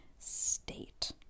State